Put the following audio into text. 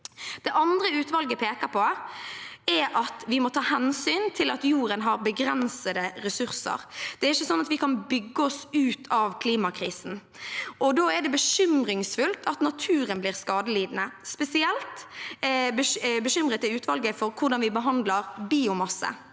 Det andre utvalget peker på, er at vi må ta hensyn til at jorden har begrensede ressurser. Det er ikke slik at vi kan bygge oss ut av klimakrisen. Da er det bekymringsfullt at naturen blir skadelidende. Spesielt bekymret er utvalget for hvordan vi behandler biomasse.